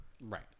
Right